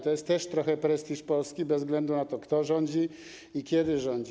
To jest też trochę prestiż Polski, bez względu na to, kto rządzi i kiedy rządzi.